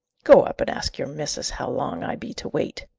go up and ask your missis how long i be to wait?